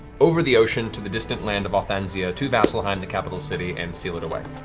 over the ocean to the distant land of othanzia, to vasselheim, the capital city, and seal it away.